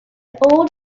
old